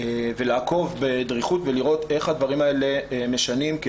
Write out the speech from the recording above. ולעקוב בדריכות ולראות איך הדברים האלה משנים,